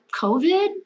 covid